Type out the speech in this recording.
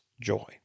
joy